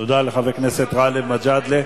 תודה לחבר הכנסת גאלב מג'אדלה.